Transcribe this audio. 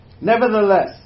Nevertheless